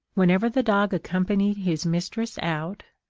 whenever the dog accompanied his mistress out,